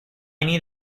need